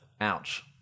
ouch